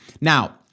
Now